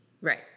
Right